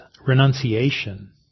renunciation